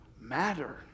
matter